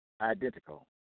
identical